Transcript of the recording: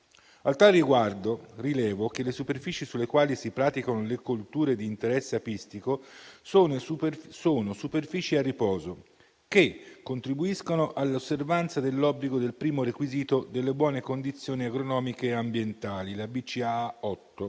A tal riguardo, rilevo che le superfici sulle quali si praticano le colture di interesse apistico sono superfici a riposo che contribuiscono all'osservanza dell'obbligo del primo requisito delle buone condizioni agronomiche e ambientali (BCAA 8)